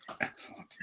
Excellent